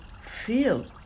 feel